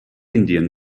indian